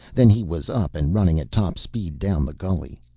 then he was up and running at top speed down the gully.